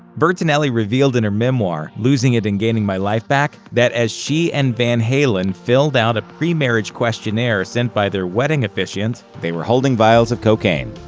bertinelli revealed in her memoir losing it and gaining my life back that as she and van halen filled out a pre-marriage questionnaire sent by their wedding officiant, they were holding vials of cocaine.